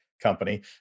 company